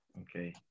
Okay